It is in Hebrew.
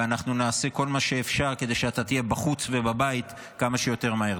ונעשה כל מה שאפשר כדי שאתה תהיה בחוץ ובבית כמה שיותר מהר.